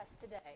today